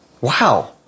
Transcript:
Wow